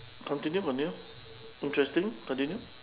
continue continue interesting continue